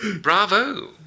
Bravo